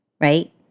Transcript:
right